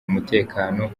umutekano